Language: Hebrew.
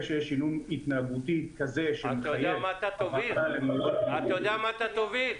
אתה יודע למה תוביל?